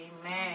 Amen